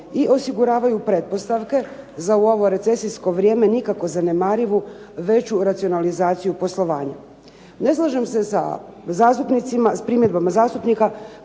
i osiguravaju pretpostavke za ovo recesijsko vrijeme nikako zanemarivu veću racionalizaciju poslovanja. Ne slažem se sa primjedbama zastupnika